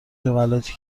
جملاتی